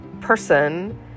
person